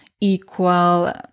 equal